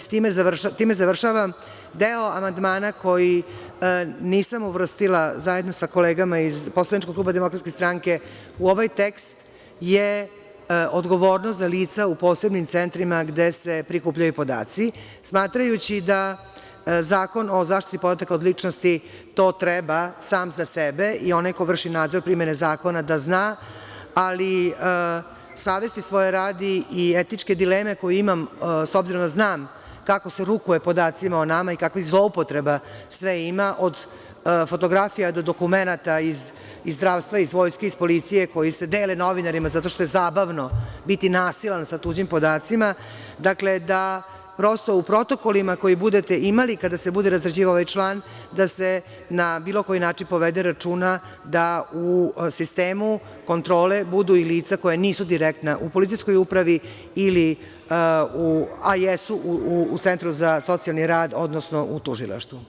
S time završavam, deo amandmana koji nisam uvrstila zajedno sa kolegama iz poslaničkog kluba DS u ovaj tekst je odgovornost za lica u posebnim centrima gde se prikupljaju podaci, smatrajući da Zakon o zaštiti podataka o ličnosti to treba sam za sebe i onaj ko vrši nadzor primene zakona da zna, ali savesti svoje radi i etičke dileme koju imam, s obzirom da znam kako se rukuje podacima o nama i kakvih zloupotreba sve ima, od fotografija do dokumenata iz zdravstva, iz vojske, iz policije koji se dele novinarima zato što je zabavno biti nasilan sa tuđim podacima, da se prosto u protokolima koje budete imali, kada se bude razrađivao ovaj član, povede računa da u sistemu kontrole budu i lica koja nisu direktna u policijskoj upravi, a jesu u centru za socijalni rad, odnosno u tužilaštvu.